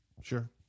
Sure